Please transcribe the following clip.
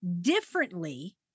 differently